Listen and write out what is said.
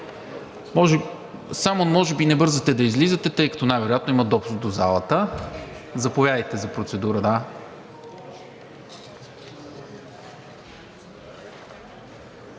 Само не бързайте да излизате, тъй като най-вероятно има допуск до залата. Заповядайте за процедура.